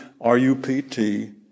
R-U-P-T